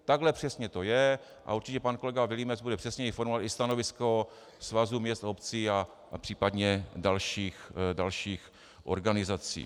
Takhle přesně to je a určitě pan kolega Vilímec bude přesněji formulovat i stanovisko Svazu měst a obcí a případně dalších organizací.